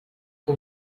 que